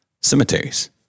cemeteries